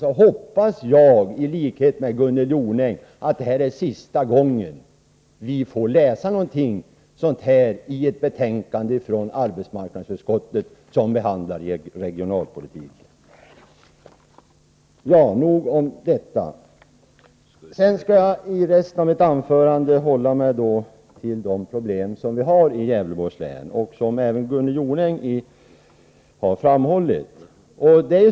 Jag hoppas i likhet med Gunnel Jonäng att detta är sista gången som vi får se något sådant här i ett arbetsmarknadsutskottsbetänkande som behandlar regionalpolitiken. Nog talat om detta. Jag skall i resten av mitt anförande beröra de problem som vi har i Gävleborgs län och som även Gunnel Jonäng har pekat på.